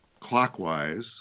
clockwise